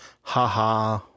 haha